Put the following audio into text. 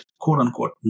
quote-unquote